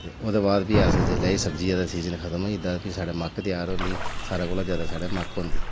ते ओह्दे बाद फ्ही अपने अस जेल्लै भी सब्जी दा सीजन खत्म होई जंदा ते फ्ही साढ़े मक्क त्यार होंदी सारें कोला जैदा साढ़े मक्क होंदी